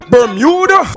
Bermuda